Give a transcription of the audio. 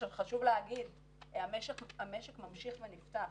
חשוב להגיד, המשק ממשיך ונפתח.